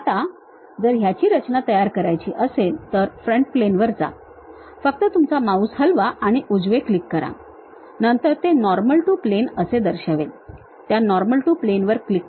आता जर याची रचना तयार करायची असेल तर फ्रंट प्लेनवर जा फक्त तुमचा माउस हलवा आणि उजवे क्लिक करा नंतर ते नॉर्मल टू प्लेन असे दर्शवेल त्या नॉर्मल टू प्लेनवर क्लिक करा